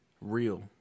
real